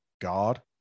God